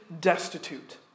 destitute